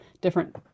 different